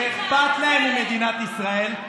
שאכפת להם ממדינת ישראל,